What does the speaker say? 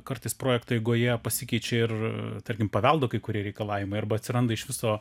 kartais projekto eigoje pasikeičia ir tarkim paveldo kai kurie reikalavimai arba atsiranda iš viso